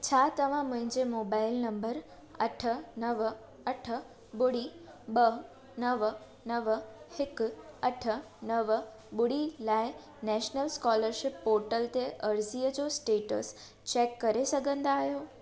छा तव्हां मुंहिंजे मोबाइल नंबर अठ नव अठ ॿुड़ी ॿ नव नव हिकु अठ नव ॿुड़ी लाइ नैशनल स्कॉलरशिप पोर्टल ते अर्ज़ीअ जो स्टेटस चैक करे सघंदा आहियो